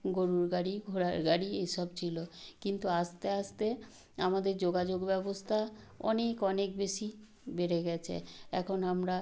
গরুর গাড়ি ঘোড়ার গাড়ি এই সব ছিলো কিন্তু আস্তে আস্তে আমাদের যোগাযোগ ব্যবস্থা অনেক অনেক বেশি বেড়ে গেছে এখন আমরা